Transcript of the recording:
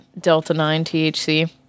Delta-9-THC